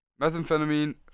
methamphetamine